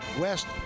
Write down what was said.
west